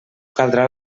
caldrà